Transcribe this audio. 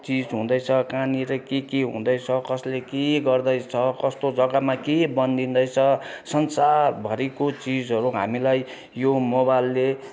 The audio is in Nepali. चिज हुँदैछ कहाँनेर के के हुँदैछ कसले के गर्दैछ कस्तो जग्गामा के बनिँदैछ संसारभरिको चिजहरू हामीलाई यो मोबाइलले